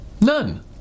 None